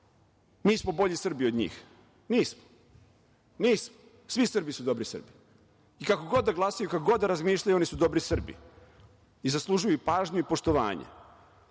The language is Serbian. Mi smo bolji Srbi od njih? Nismo. Svi Srbi su dobri Srbi i kako god da glasaju i kako god da razmišljaju oni su dobri Srbi i zaslužuju i pažnju i poštovanje.